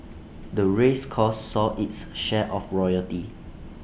the race course saw its share of royalty